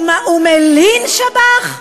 הוא מלין שב"ח?